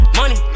money